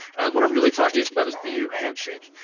and what i'm really talking about is bu handshake.